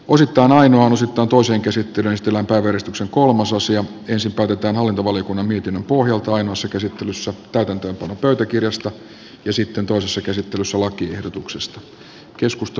uusi taannoinen totuus eikä sitä väistellä päivystyksen kolmasosa ensin päätetään hallintovaliokunnan mietinnön pohjalta ainoassa käsittelyssä täytäntöönpanopöytäkirjasta ja sitten toisessa käsittelyssä lakiehdotuksesta